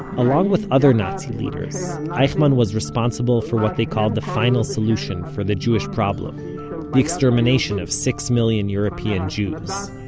along with other nazi leaders, eichmann was responsible for what they called the final solution for the jewish problem, the extermination of six million european jews.